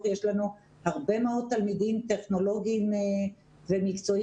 יש לנו הרבה מאוד תלמידים טכנולוגיים ומקצועיים,